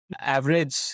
average